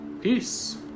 Peace